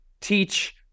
teach